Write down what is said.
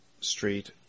Street